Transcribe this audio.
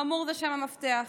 "אמור" זה שם המפתח.